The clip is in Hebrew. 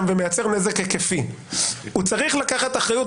אתה טרוריסט